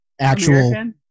actual